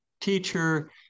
teacher